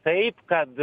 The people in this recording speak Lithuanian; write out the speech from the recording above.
taip kad